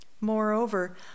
Moreover